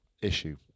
issue